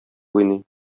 уйный